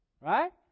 right